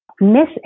miss